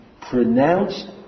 pronounced